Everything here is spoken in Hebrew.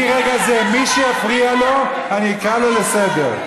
מי שיפריע לו, אני אקרא אותו לסדר.